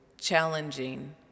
challenging